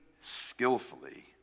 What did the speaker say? skillfully